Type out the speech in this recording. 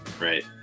right